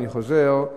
אני חוזר,